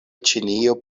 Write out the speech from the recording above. ĉinio